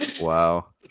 Wow